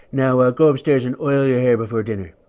now go upstairs and oil your hair before dinner.